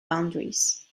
boundaries